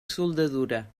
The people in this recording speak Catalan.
soldadura